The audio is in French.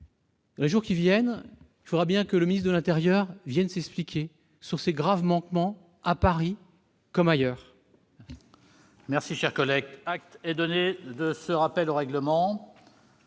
les jours qui viennent, il faudra bien que le ministre de l'intérieur vienne s'expliquer sur ces graves manquements, à Paris comme ailleurs.